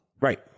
Right